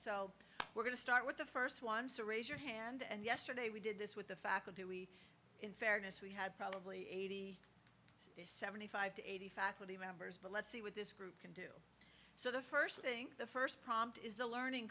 so we're going to start with the first one to raise your hand and yesterday we did this with the faculty we in fairness we had probably eighty seventy five to eighty faculty members but let's see with this so the first thing the first prompt is the learning